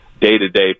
day-to-day